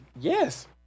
Yes